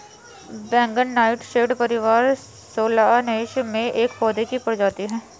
बैंगन नाइटशेड परिवार सोलानेसी में एक पौधे की प्रजाति है